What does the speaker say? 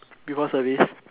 you got service